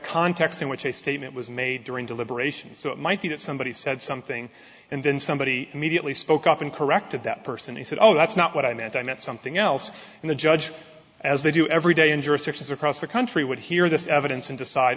context in which a statement was made during deliberations so it might be that somebody said something and then somebody immediately spoke up and corrected that person he said oh that's not what i meant i meant something else and the judge as they do every day in jurisdictions across the country would hear this evidence and decide